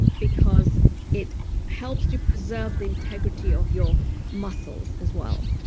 because it helps to preserve the integrity of your muscles as well.